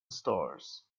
stars